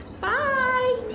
Bye